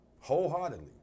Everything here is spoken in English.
wholeheartedly